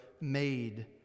made